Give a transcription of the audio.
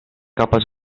capa